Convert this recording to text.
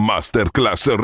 Masterclass